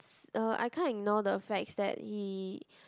uh I can't ignore the fact that he